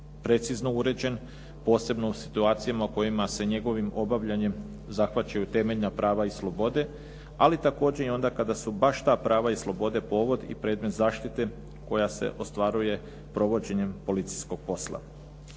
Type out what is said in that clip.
precizno uređen, posebno u situacijama u kojima se njegovim obavljanjem zahvaćaju temeljna prava i slobode ali također i onda kada su baš ta prava i slobode povod i predmet zaštite koja se ostvaruje provođenjem policijskog posla.